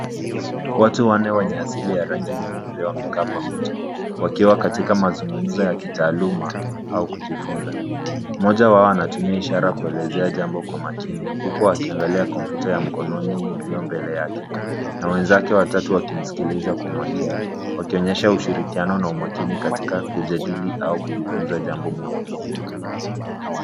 Watu wanne wenye asili ya rangi nyeupe wamekaa pamoja, wakiwa katika mazungumzo ya kitaaluma au kujifunza, mmoja wao anatumia ishara kuelezea jambo kwa makini huku wakiangalia kompyuta ya mkononi iliyo mbele yake na wenzake watatu wakimsikiliza kwa makini wakionyesha ushirikiano na umakini katika kujadili au kujifunza jambo muhimu.